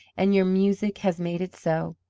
and your music has made it so.